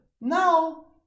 Now